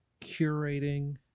curating